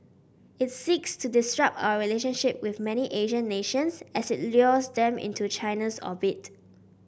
it seeks to disrupt our relationships with many Asian nations as it lures them into China's orbit